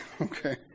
okay